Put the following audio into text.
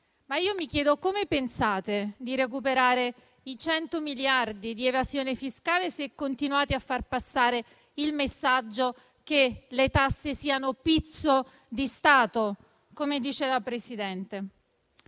Io mi chiedo come pensiate di recuperare i 100 miliardi di evasione fiscale, se continuate a far passare il messaggio che le tasse siano pizzo di Stato. Questa delega